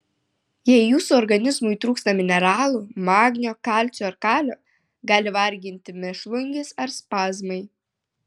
jei jūsų organizmui trūksta mineralų magnio kalcio ar kalio gali varginti mėšlungis ar spazmai